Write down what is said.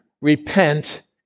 repent